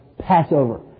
Passover